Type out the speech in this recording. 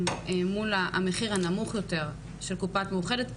מול המחיר הנמוך יותר של קופת מאוחדת.